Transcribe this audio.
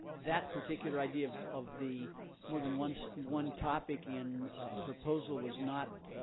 that particular idea of of the more than once one topic in a proposal was not